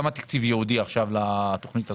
כמה תקציב ייעודי לתוכנית הזאת?